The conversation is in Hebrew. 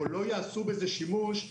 או לא יעשו בזה שימוש,